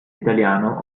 italiano